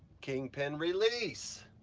kingpin release,